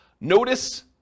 Notice